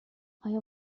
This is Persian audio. آیا